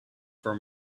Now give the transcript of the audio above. for